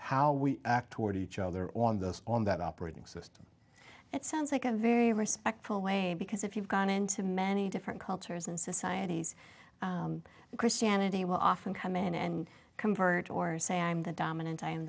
how we act towards each other on this on that operating system it sounds like a very respectful way because if you've gone into many different cultures and societies christianity will often come in and convert or say i'm the dominant